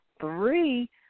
three